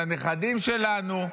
לנכדים שלנו,